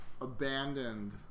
abandoned